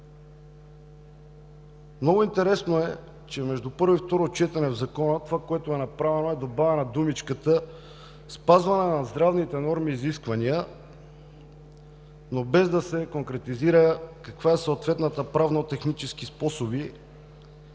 Много интересно е, че между първо и второ четене в Закона, това, което е направено, е добавена думичката „спазване“ на здравните норми и изисквания, но без да се конкретизира какви са съответните правно-технически способи